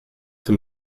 dem